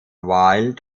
wild